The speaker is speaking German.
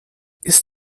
ist